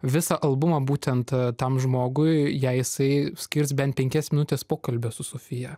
visą albumą būtent tam žmogui jei jisai skirs bent penkias minutes pokalbio su sofija